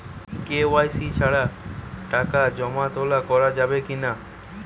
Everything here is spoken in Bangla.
কে.ওয়াই.সি ছাড়া টাকা জমা তোলা করা যাবে কি না?